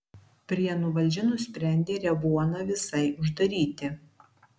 prienų valdžia nusprendė revuoną visai uždaryti